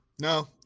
no